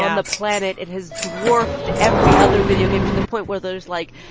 and the planet. it has dwarfed every other video game to the point where there's, like,